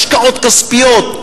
השקעות כספיות.